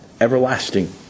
Everlasting